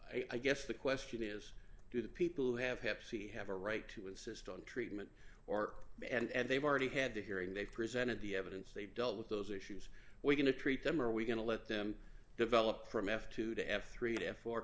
i guess the question is do the people who have hep c have a right to insist on treatment or and they've already had the hearing they presented the evidence they've dealt with those issues we're going to treat them are we going to let them develop from f two to f three to four